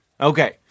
Okay